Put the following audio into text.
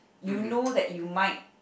you know that you might